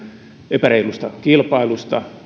epäreilusta kilpailusta